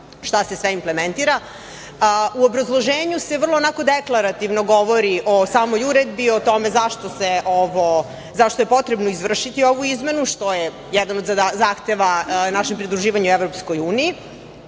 šta se sve implementira, u obrazloženju se vrlo onako deklarativno govori o samoj uredbi i o tome zašto je potrebno izvršiti ovu izmenu, što je jedan od zahteva našem pridruživanju EU,